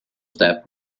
step